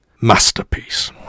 masterpiece